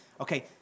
Okay